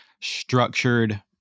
structured